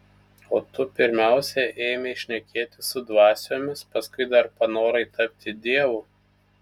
o tu pirmiausia ėmei šnekėtis su dvasiomis paskui dar panorai tapti dievu